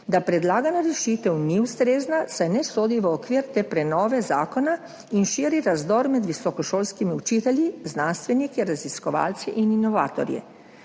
da predlagana rešitev ni ustrezna, saj ne sodi v okvir te prenove zakona in širi razdor med visokošolskimi učitelji, znanstveniki, raziskovalci in inovatorji.